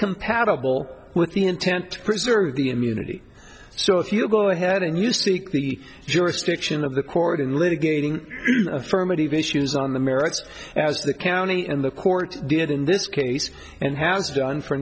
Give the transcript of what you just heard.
incompatible with the intent to preserve the immunity so if you go ahead and you seek the jurisdiction of the court in litigating affirmative issues on the merits as the county and the court did in this case and has done for